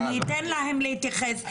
אני אתן להם להתייחס.